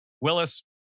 Willis